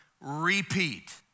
repeat